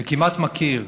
וכמעט מכיר,